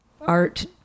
art